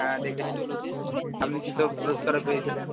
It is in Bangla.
হ্যাঁ দেখেছি আপনি কীসব পুরস্কারও পেয়েছিলেন